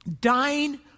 dying